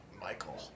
Michael